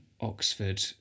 Oxford